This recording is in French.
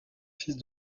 fils